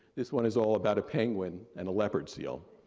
this one is all about a penguin and a leopard seal.